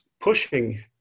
Pushing